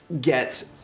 get